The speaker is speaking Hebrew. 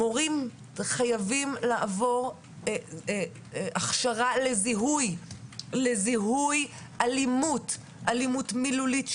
המורים חייבים לעבור הכשרה לזיהוי אלימות מילולית,